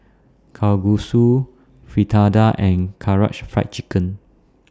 Kalguksu Fritada and Karaage Fried Chicken